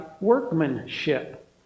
workmanship